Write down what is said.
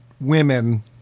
women